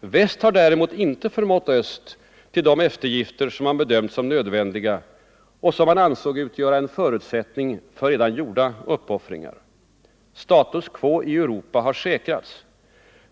Väst har däremot inte förmått öst till de eftergifter som man bedömt som nödvändiga och som man ansåg utgöra en förutsättning för redan gjorda uppoffringar. Status quo i Europa har säkrats.